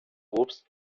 obst